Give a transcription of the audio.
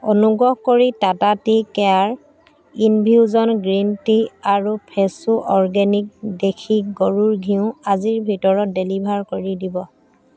অনুগ্ৰহ কৰি Tata tea care infusion green tea আৰু ফ্ৰেছো অৰ্গেনিক দেশী গৰুৰ ঘিউ আজিৰ ভিতৰতে ডেলিভাৰ কৰি দিব